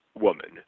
woman